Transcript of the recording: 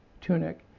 tunic